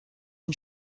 une